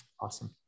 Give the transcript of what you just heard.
Awesome